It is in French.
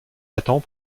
attend